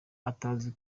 atazi